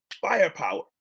firepower